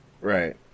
Right